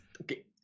okay